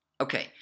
Okay